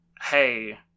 hey